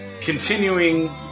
continuing